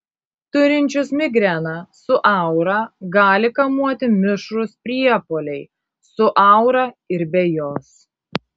turinčius migreną su aura gali kamuoti mišrūs priepuoliai su aura ir be jos